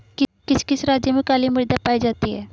किस किस राज्य में काली मृदा पाई जाती है?